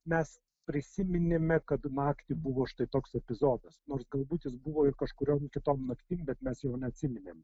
mes prisiminėme kad naktį buvo už tai toks epizodas nors galbūt jis buvo ir kažkuriom kitom naktim bet mes jau neatsiminėm